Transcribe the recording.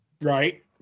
Right